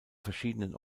verschiedenen